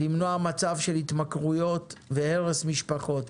למנוע מצב של התמכרויות והרס משפחות.